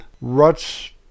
ruts